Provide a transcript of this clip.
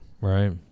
Right